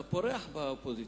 אתה פורח באופוזיציה,